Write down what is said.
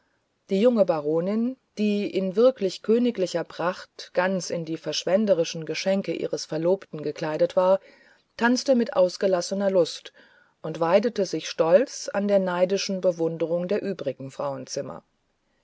die junge baronin die in wirklich königlicher pracht ganz in die verschwenderischen geschenke ihres verlobten gekleidet war tanzte mit ausgelassener lust und weidete sich stolz an der neidischen bewunderung der übrigen frauenzimmer